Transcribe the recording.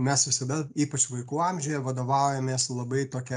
mes visada ypač vaikų amžiuje vadovaujamės labai tokia